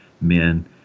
men